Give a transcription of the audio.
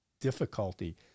difficulty